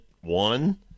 one